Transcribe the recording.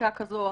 חקיקה כזו אחרת.